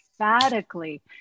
emphatically